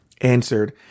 answered